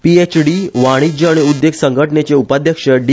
पीएचडी वाणिज्य आनी उद्देग संघटनेचे उपाध्यक्ष डी